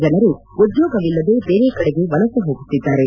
ಜನರು ಉದ್ಲೋಗವಿಲ್ಲದೆ ಬೇರೆ ಕಡೆಗೆ ವಲಸೆ ಹೋಗುತ್ತಿದ್ದಾರೆ